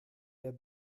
der